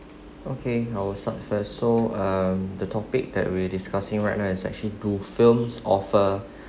okay our success so um the topic that we're discussing right now it's actually do films offer